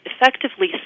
effectively